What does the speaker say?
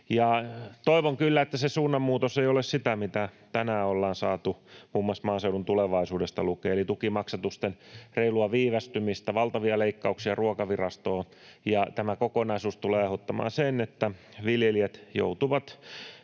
Toivon kyllä, että se suunnanmuutos ei ole sitä, mitä tänään ollaan saatu muun muassa Maaseudun Tulevaisuudesta lukea, eli tukimaksatusten reilua viivästymistä ja valtavia leikkauksia Ruokavirastoon. Tämä kokonaisuus tulee aiheuttamaan sen, että viljelijät joutuvat